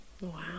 wow